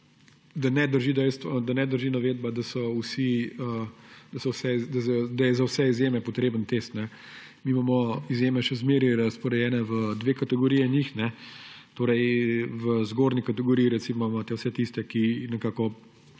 da ne drži navedba, da je za vse izjeme potreben test. Mi imamo izjeme še vedno razporejene v dve kategoriji njih, v zgornji kategoriji imate recimo vse tiste, ki